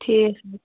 ٹھیٖک حظ